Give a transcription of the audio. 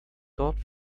dort